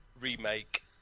remake